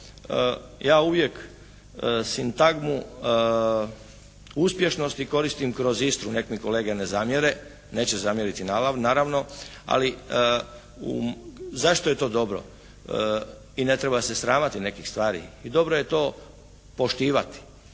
ja uvijek sintagmu uspješnosti koristim kroz Istru nek mi kolege ne zamjere, neće zamjeriti naravno. Ali zašto je to dobro i ne treba se sramiti nekih stvari i dobro je to poštivati.